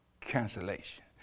cancellation